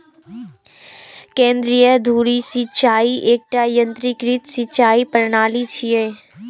केंद्रीय धुरी सिंचाइ एकटा यंत्रीकृत सिंचाइ प्रणाली छियै